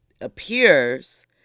appears